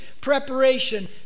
preparation